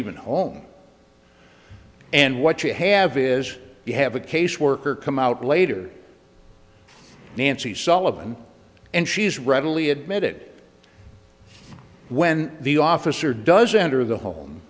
even home and what you have is you have a case worker come out later nancy sullivan and she's readily admitted when the officer doesn't enter the home